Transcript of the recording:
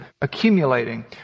accumulating